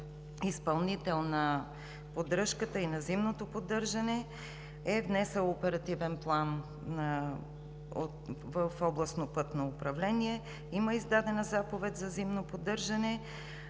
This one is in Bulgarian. изпълнител на поддръжката и на зимното поддържане е внесъл оперативен план в Областно пътно управление, има издадена заповед за зимно поддържане,